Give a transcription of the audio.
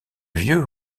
vieux